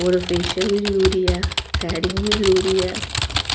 होर फेशल बी जरूरी ऐ थ्रैडिंग बी जरूरी ऐ